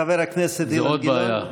חבר הכנסת אילן גילאון,